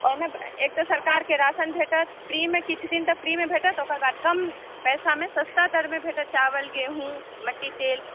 ओहिमे एकटा सरकारकेँ राशन भेटत फ्रीमे किछु दिन तऽ फ्रीमे भेटत ओकर बाद कम पैसामे सस्ता दरमे भेटत चावल गेहूॅं मिट्टी तेल